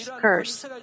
curse